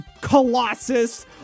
colossus